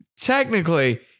technically